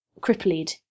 crippled